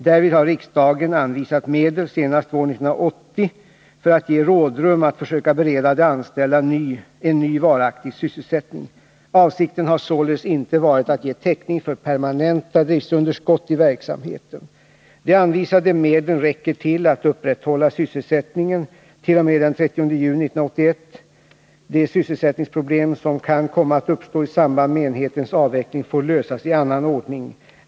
Därvid har riksdagen anvisat medel, senast våren 1980 , för att ge rådrum att försöka bereda de anställda en ny varaktig sysselsättning. Avsikten har således inte varit att ge täckning för permanenta driftunderskott i verksamheten. De anvisade nedlen räcker till att upprätthålla sysselsättningen t.o.m. den 30 juni 1981. De sysselsättningsproblem som kan komma att uppstå i samband med enhetens avveckling får lösas i annan ordning.